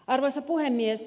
arvoisa puhemies